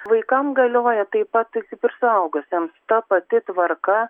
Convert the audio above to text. vaikam galioja taip pat taip kaip ir suaugusiems ta pati tvarka